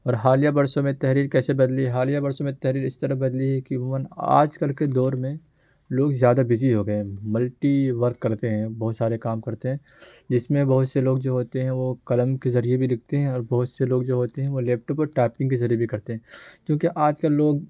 اور حالیہ برسوں میں تحریر کیسے بدلی حالیہ برسوں میں تحریر اس طرح بدلی ہے کہ عموماً آج کل کے دور میں لوگ زیادہ بزی ہو گئے ہیں ملٹی ورک کرتے ہیں بہت سارے کام کرتے ہیں جس میں بہت سے لوگ جو ہوتے ہیں وہ قلم کے ذریعے بھی لکھتے ہیں اور بہت سے لوگ جو ہوتے ہیں وہ لیپ ٹاپ پر ٹائپنگ کے ذریعے بھی کرتے ہیں کیونکہ آج کل لوگ